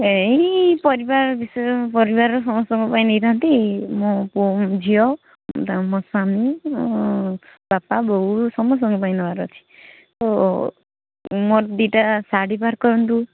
ଏଇ ପରିବାର୍ ବିଷୟ ପରିବାର ସମସ୍ତଙ୍କ ପାଇଁ ନେଇଥାନ୍ତି ମୋ ପୁଅ ଆଉ ଝିଅ ମୋ ସ୍ୱାମୀ ମୋ ବାପା ବୋଉ ସମସ୍ତଙ୍କ ପାଇଁ ନେବାର ଅଛି ଆଉ ମୋର ଦୁଇଟା ଶାଢ଼ୀ ବାହାର କରନ୍ତୁ